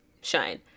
shine